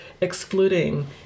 excluding